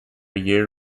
year